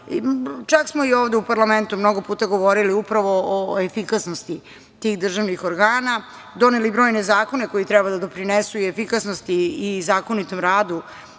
smo i ovde u parlamentu mnogo puta govorili upravo o efikasnosti tih državnih organa, doneli brojne zakone koji treba da doprinesu i efikasnosti i zakonitom radu